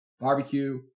Barbecue